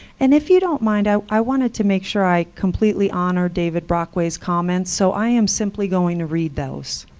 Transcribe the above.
and if you don't mind, i i wanted to make sure i completely honor david brockway's comments, so i am simply going to read those.